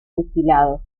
fusilados